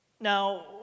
Now